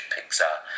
Pixar